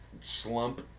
slump